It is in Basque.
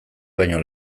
baino